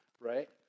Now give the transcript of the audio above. Right